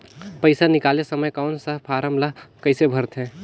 पइसा निकाले समय कौन सा फारम ला कइसे भरते?